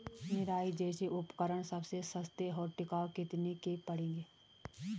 निराई जैसे उपकरण सबसे सस्ते और टिकाऊ कितने के पड़ेंगे?